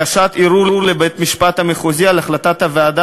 הגשת ערעור לבית-המשפט המחוזי על החלטת הוועדה